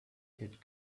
had